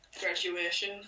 graduation